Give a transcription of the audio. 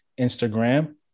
Instagram